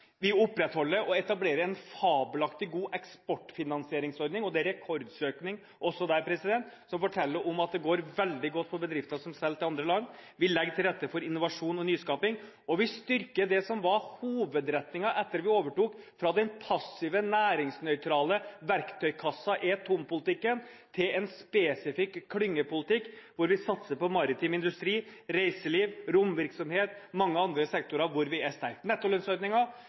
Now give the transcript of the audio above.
vi opprettholder og etablerer en fabelaktig god eksportfinansieringsordning. Det er rekordøkning også der som forteller om at det går veldig godt for bedrifter som selger til andre land. Vi legger til rette for innovasjon og nyskaping, og vi styrker det som var hovedretningen etter at vi overtok, fra den passive, næringsnøytrale «verktøykassa er tom-politikken» til en spesifikk klyngepolitikk, hvor vi satser på maritim industri, reiseliv, romvirksomhet og mange andre sektorer hvor vi er